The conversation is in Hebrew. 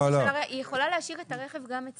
היא יכולה להשאיר גם אצלה.